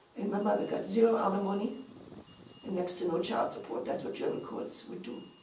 my mother got zero alimony and next to no child support. that's what german courts would do.